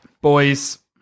Boys